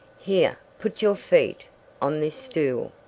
here, put your feet on this stool.